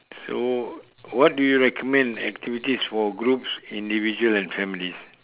so what do you recommend activities for groups individual and families